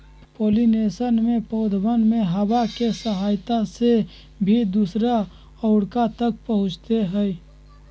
pollination में पौधवन में हवा के सहायता से भी दूसरा औकरा तक पहुंचते हई